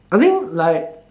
I think like